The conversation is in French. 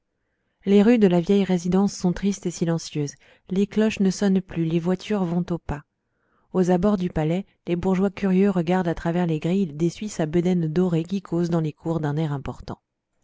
les rues de la vieille résidence sont tristes et silencieuses les cloches ne sonnent plus les voitures vont au pas aux abords du palais les bourgeois curieux regardent à travers les grilles des suisses à bedaines dorées qui causent dans les cours d'un air important